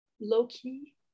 low-key